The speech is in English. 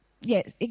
yes